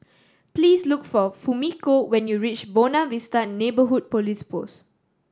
please look for Fumiko when you reach Buona Vista Neighbourhood Police Post